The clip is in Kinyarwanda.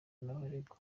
n’abaregwa